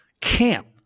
camp